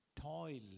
toil